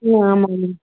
ம் ஆமாங்க மேம்